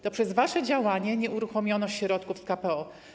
To przez wasze działanie nie uruchomiono środków z KPO.